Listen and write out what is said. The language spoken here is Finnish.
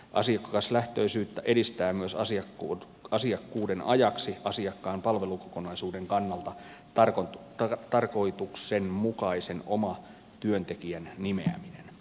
asiakaslähtöisyyttä edistää myös asiakkaan palvelukokonaisuuden kannalta tarkoituksenmukaisen omatyöntekijän nimeäminen asiakkuuden ajaksi